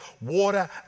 water